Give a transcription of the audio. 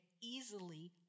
easily